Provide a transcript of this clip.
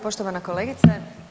Poštovana kolegice.